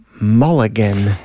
mulligan